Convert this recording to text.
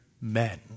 men